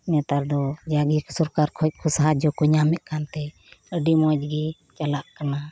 ᱱᱮᱛᱟᱨ ᱫᱚ ᱡᱟᱜᱮ ᱥᱚᱨᱠᱟᱨ ᱠᱷᱚᱱ ᱥᱟᱦᱟᱡᱳ ᱠᱚ ᱧᱟᱢᱮᱫ ᱠᱟᱱ ᱛᱮ ᱟᱹᱰᱤ ᱢᱚᱸᱡᱽ ᱜᱮ ᱪᱟᱞᱟᱜ ᱠᱟᱱᱟ